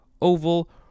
oval